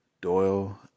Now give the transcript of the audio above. Doyle